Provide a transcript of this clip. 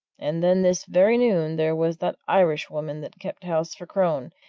and then this very noon there was that irishwoman that kept house for crone,